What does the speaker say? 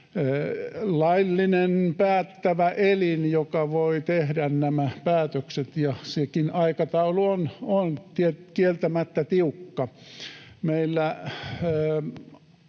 laillinen päättävä elin, joka voi tehdä nämä päätökset, ja sekin aikataulu on kieltämättä tiukka.